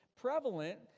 prevalent